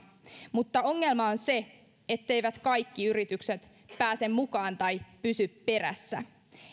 mutta ongelma on se etteivät kaikki yritykset pääse mukaan tai pysy perässä